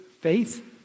faith